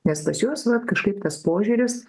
nes pas juos vat kažkaip tas požiūris